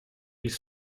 ils